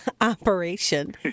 operation